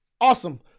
Awesome